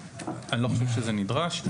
אני לא חושב שזה נדרש.